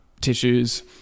tissues